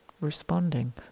Responding